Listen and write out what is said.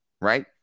right